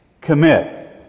commit